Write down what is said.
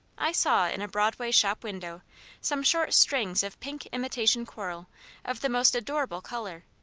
i saw in a broadway shop-window some short strings of pink imitation coral of the most adorable colour,